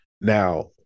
Now